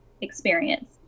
experience